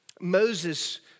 Moses